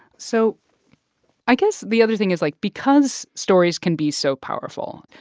so i guess the other thing is, like, because stories can be so powerful,